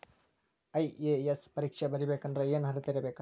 IAS ಪರೇಕ್ಷೆ ಬರಿಬೆಕಂದ್ರ ಏನ್ ಅರ್ಹತೆ ಇರ್ಬೇಕ?